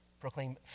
proclaim